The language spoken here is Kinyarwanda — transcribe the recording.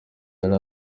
yari